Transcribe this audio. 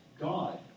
God